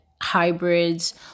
hybrids